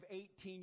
18